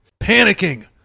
Panicking